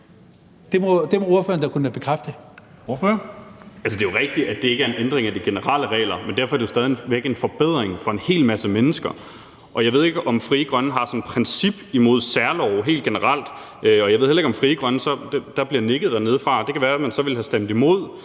Carl Valentin (SF): Altså, det er jo rigtigt, at det ikke er en ændring af de generelle regler, men derfor er det jo stadig væk en forbedring for en hel masse mennesker. Og jeg ved ikke, om Frie Grønne har et princip imod særlove helt generelt – der bliver nikket dernedefra. Det kan være, man så ville have stemt imod